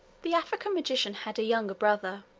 the african magician had a younger brother,